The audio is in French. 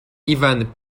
ivan